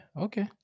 Okay